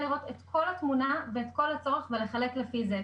יש פה פתרון הוליסטי שיודע לראות את התמונה ואת כל הצורך ולחלק לפי זה.